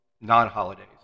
non-holidays